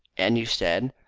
and you said?